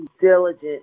diligent